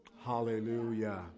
Hallelujah